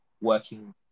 working